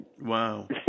wow